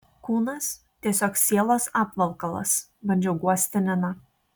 kūnas tiesiog sielos apvalkalas bandžiau guosti niną